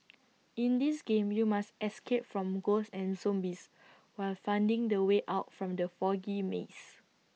in this game you must escape from ghosts and zombies while finding the way out from the foggy maze